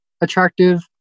attractive